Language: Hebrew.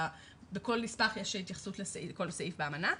בכל נספח יש התייחסות לכל סעיף באמנה.